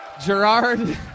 Gerard